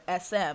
sm